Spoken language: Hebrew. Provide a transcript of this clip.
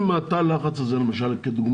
אם תא הלחץ הזה כדוגמה,